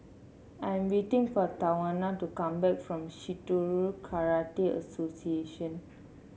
I'm waiting for Tawana to come back from Shitoryu Karate Association